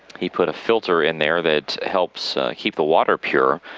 he put a filter in there that helps keep the water pure.